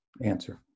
answer